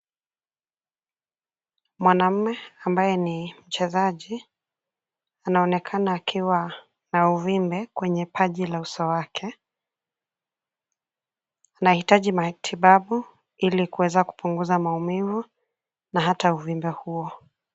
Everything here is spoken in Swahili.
Mwanaume ambaye ni mchezaji anaonekana akiwa na uvimbe kwenye paji la uso wake. Anahitaji matibabu ili kuweza kupunguza maumivu na hata uvimbe huo.